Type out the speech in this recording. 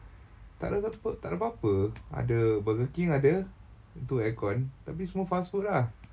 takde takde apa-apa ada burger king ada tu /malay> aircon tapi semua fast food ah